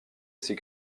ces